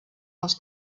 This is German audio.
aus